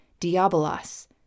diabolos